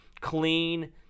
clean